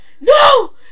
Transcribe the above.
No